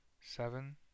seven